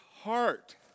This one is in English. heart